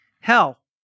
hell